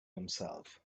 himself